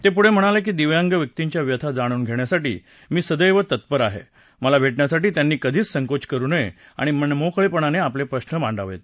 ते पुढे म्हणाले की दिव्यांग व्यक्तींच्या व्यथा जाणून घेण्यासाठी मी सदैव तत्पर आहे मला भेटण्यासाठी त्यांनी कधीही संकोच करु नये आणि मोकळेपणानं आपले प्रश्न मांडावेत